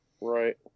Right